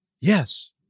Yes